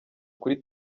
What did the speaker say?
kuri